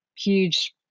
huge